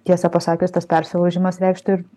tiesą pasakius tas persilaužimas reikštų ir